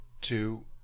two